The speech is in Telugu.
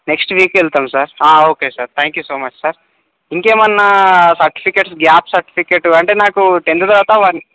నెక్స్ట్ వీక్ వెళ్తాం sir okay sir thank you so much sir ఇంకా ఏమన్న సర్టిఫికేట్స్ గ్యాప్ సర్టిఫికేట్ అంటే నాకు టెన్త్ తర్వాత వన్